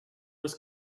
was